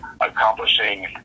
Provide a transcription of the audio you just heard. accomplishing